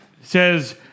says